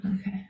okay